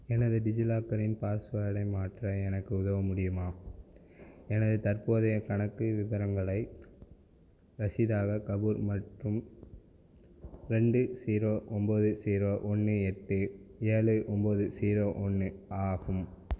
எனது டிஜிலாக்கரின் பாஸ்வர்டை மாற்ற எனக்கு உதவ முடியுமா எனது தற்போதைய கணக்கு விபரங்களை ரசீதாக கபூர் மற்றும் ரெண்டு ஜீரோ ஒம்பது ஜீரோ ஒன்று எட்டு ஏழு ஒம்பது ஜீரோ ஒன்று ஆகும்